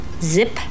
Zip